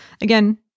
again